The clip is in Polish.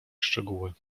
szczegóły